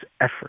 effort